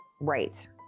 Right